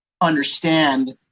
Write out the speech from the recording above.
understand